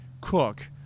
cook